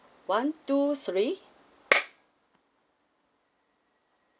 one two three